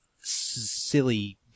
silly